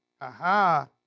Aha